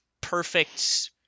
perfect